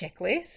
checklist